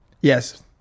Yes